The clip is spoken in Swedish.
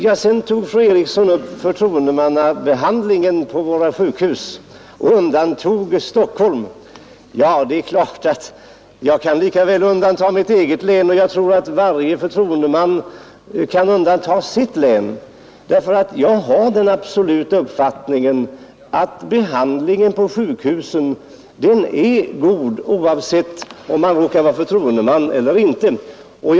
Fru Eriksson tog också upp förtroendemannabehandlingen på våra sjukhus, och därvid undantog hon Stockholm. Ja, det är givet att jag likaväl kan undanta mitt eget län, och jag tror att varje förtroendeman kan undanta sitt län. Jag har den absoluta uppfattningen att oavsett om man råkar vara förtroendeman eller inte så är behandlingen på sjukhusen god.